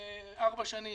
גם של האנשים